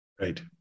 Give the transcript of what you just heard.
right